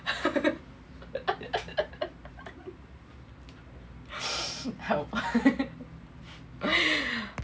help